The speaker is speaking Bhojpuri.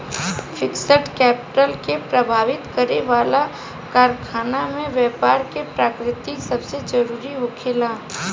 फिक्स्ड कैपिटल के प्रभावित करे वाला कारकन में बैपार के प्रकृति सबसे जरूरी होखेला